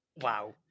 Wow